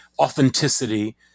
authenticity